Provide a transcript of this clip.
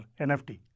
NFT